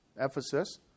Ephesus